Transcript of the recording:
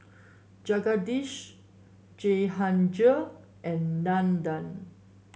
Jagadish Jehangirr and Nandan